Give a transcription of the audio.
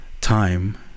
time